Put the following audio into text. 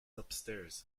upstairs